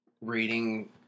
reading